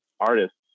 artists